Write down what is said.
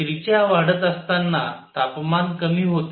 त्रिज्या वाढत असताना तापमान कमी होते